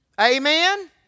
Amen